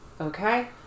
Okay